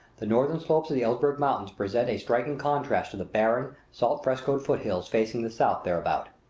the northern slopes of the elburz mountains present a striking contrast to the barren, salt-frescoed foot-hills facing the south hereabout.